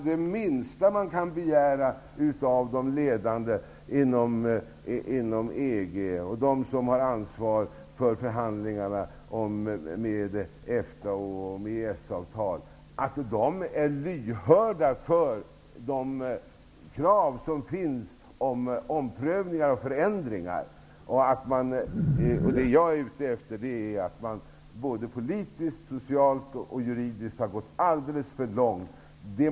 Det minsta man kan begära av de ledande inom EG och de som har ansvar för förhandlingarna med EFTA om EES-avtalet är att de är lyhörda för de krav som finns angående omprövningar och förändringar. Jag menar att det både politiskt, socialt och juridiskt har gått alldeles för långt.